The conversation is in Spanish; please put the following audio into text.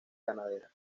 ganadera